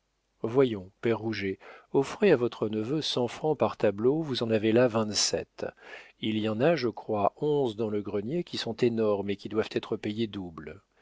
voyons père rouget offrez à votre neveu cent francs par tableau vous en avez là vingt-sept il y en a je crois onze dans le grenier qui sont énormes et qui doivent être payés double